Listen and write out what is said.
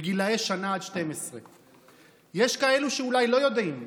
בני שנה עד 12. יש כאלה שאולי לא יודעים,